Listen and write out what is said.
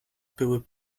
były